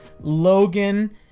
Logan